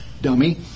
Dummy